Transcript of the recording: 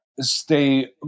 stay